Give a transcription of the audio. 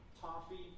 toffee